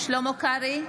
שלמה קרעי,